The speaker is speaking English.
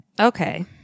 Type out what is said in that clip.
Okay